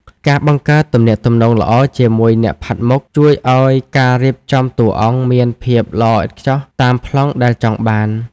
ការបង្កើតទំនាក់ទំនងល្អជាមួយអ្នកផាត់មុខ ជួយឱ្យការរៀបចំតួអង្គមានភាពល្អឥតខ្ចោះតាមប្លង់ដែលចង់បាន។